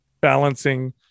balancing